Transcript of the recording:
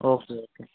okay okay